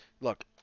Look